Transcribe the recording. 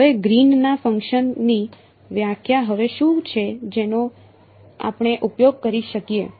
તો હવે ગ્રીનના ફંકશન ની વ્યાખ્યા હવે શું છે જેનો આપણે ઉપયોગ કરી શકીએ